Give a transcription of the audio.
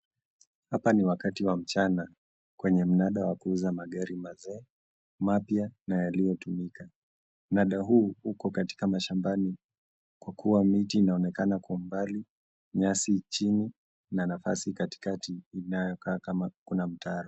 Hapa ni wakati wa mchana kwenye mnanda wa kuuza magari mazee, mapya na yaliyotumika. Mnanda huu uko katika mashambani kwa kuwa miti inaonekana kwa mbali, nyasi chini na nafasi katikati inayokaa kama mtaro.